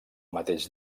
mateix